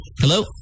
Hello